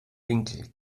winkel